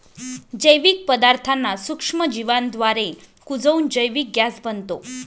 जैविक पदार्थांना सूक्ष्मजीवांद्वारे कुजवून जैविक गॅस बनतो